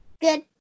Good